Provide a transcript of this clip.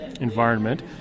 environment